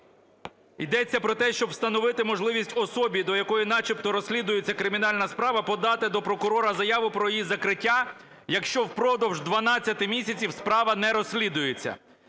йдеться про те, щоб встановити можливість особі, до якої начебто розслідується кримінальна справа, подати до прокурора заяву про її закриття, якщо впродовж 12 місяців справа не розслідується.